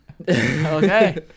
Okay